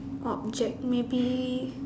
object maybe